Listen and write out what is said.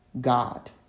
God